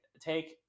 take